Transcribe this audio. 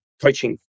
coaching